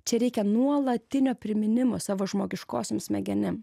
čia reikia nuolatinio priminimo savo žmogiškosioms smegenim